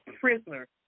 prisoner